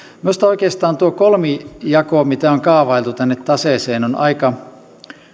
minusta oikeastaan tuo kolmijako mitä on kaavailtu tänne taseeseen on aika